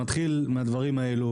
זה מתחיל מהדברים האלה,